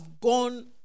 gone